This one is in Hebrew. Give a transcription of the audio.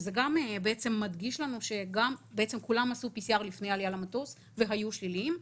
וזה גם מדגיש לנו כולם עשו PCR לפני עלייה למטוס והיו שליליים,